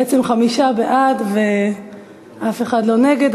בעצם חמישה בעד, אף אחד לא נגד.